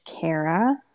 Kara